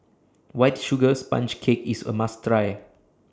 White Sugar Sponge Cake IS A must Try